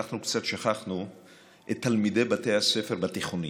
שאנחנו קצת שכחנו את תלמידי בתי הספר בתיכונים.